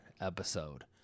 episode